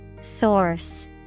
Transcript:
Source